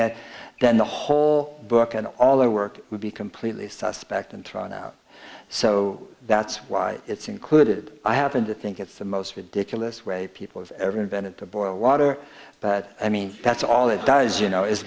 it then the whole book and all their work would be completely suspect and thrown out so that's why it's included i happen to think it's the most ridiculous way people have ever been to boil water but i mean that's all it does you know i